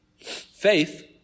Faith